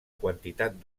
quantitat